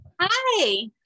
Hi